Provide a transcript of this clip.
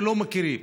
ולא מכירים.